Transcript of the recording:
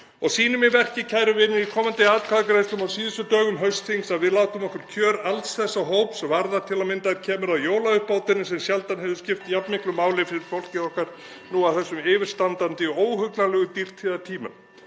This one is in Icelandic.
vinir, (Forseti hringir.) í komandi atkvæðagreiðslum á síðustu dögum haustþings að við látum okkur kjör alls þessa hóps varða, til að mynda þegar kemur að jólauppbótinni sem sjaldan hefur skipt jafn miklu máli fyrir fólkið okkar nú á þessu yfirstandandi óhugnanlegu dýrtíðartímum.